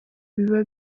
biba